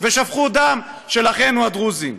ושפכו דם של אחינו הדרוזים.